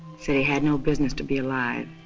said he had no business to be alive.